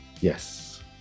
Yes